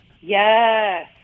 Yes